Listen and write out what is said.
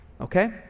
okay